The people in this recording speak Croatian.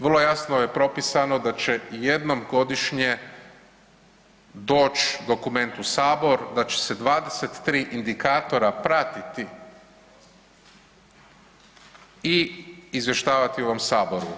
Vrlo jasno je propisano da će jednom godišnje doći dokument u sabor da će se 23 indikatora pratiti i izvještavati u ovom saboru.